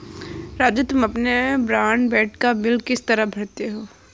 राजू तुम अपने ब्रॉडबैंड का बिल किस तरह भरते हो